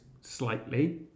slightly